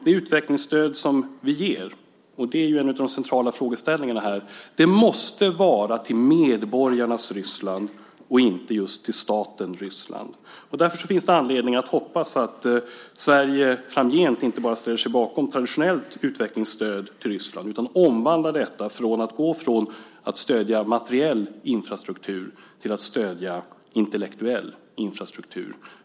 Det utvecklingsstöd som vi ger måste vara riktat till medborgarnas Ryssland och inte till staten Ryssland. Det är en av de centrala frågeställningarna här. Därför finns det anledning att hoppas att Sverige framgent inte enbart ställer sig bakom traditionellt utvecklingsstöd till Ryssland utan omvandlar det så att man går från att stödja materiell till att stödja intellektuell infrastruktur.